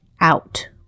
out